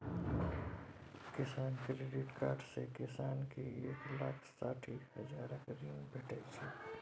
किसान credit card सँ किसान केँ एक लाख साठि हजारक ऋण भेटै छै